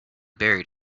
buried